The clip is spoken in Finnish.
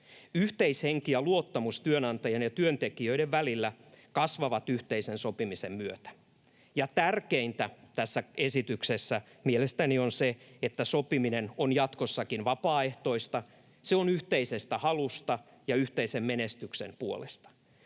Yhteishenki ja luottamus työnantajan ja työntekijöiden välillä kasvavat yhteisen sopimisen myötä. Tärkeintä tässä esityksessä mielestäni on se, että sopiminen on jatkossakin vapaaehtoista. Se on yhteisestä halusta ja yhteisen menestyksen puolesta.